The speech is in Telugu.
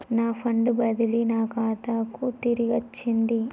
నా ఫండ్ బదిలీ నా ఖాతాకు తిరిగచ్చింది